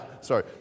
sorry